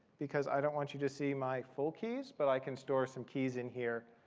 because i don't want you to see my full keys. but i can store some keys in here,